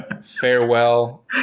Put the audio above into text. Farewell